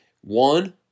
one